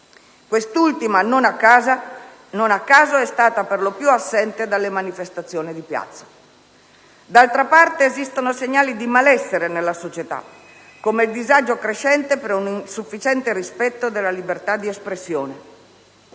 Quest'ultima, non a caso, è stata per lo più assente dalle manifestazioni di piazza. D'altra parte, esistono segnali di malessere nella società, come il disagio crescente per un insufficiente rispetto della libertà di espressione.